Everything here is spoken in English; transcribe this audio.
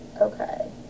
Okay